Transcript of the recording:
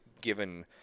given